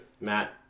Matt